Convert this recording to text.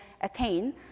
attain